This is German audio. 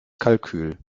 kalkül